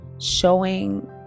Showing